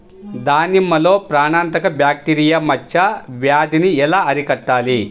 దానిమ్మలో ప్రాణాంతక బ్యాక్టీరియా మచ్చ వ్యాధినీ ఎలా అరికట్టాలి?